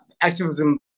activism